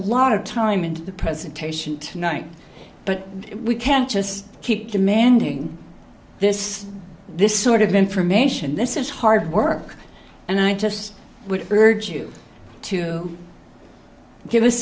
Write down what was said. lot of time in the presentation tonight but we can't just keep demanding this this sort of information this is hard work and i just would urge you to give us